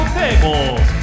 tables